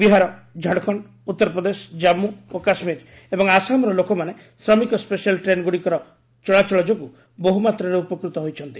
ବିହାର ଝାଡ଼ଖଣ୍ଡ ଉତ୍ତରପ୍ରଦେଶ ଜାମ୍ମୁ ଓ କାଶ୍ମୀର ଏବଂ ଆସାମର ଲୋକମାନେ ଶ୍ରମିକ ସ୍ବେଶାଲ୍ ଟ୍ରେନ୍ଗୁଡ଼ିକର ଚଳାଚଳ ଯୋଗୁଁ ବହୁ ମାତ୍ରାରେ ଉପକୃତ ହୋଇଛନ୍ତି